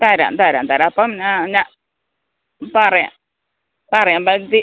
തരാം തരാം തരാ അപ്പം ഞാൻ പറയാ പറയാം മതി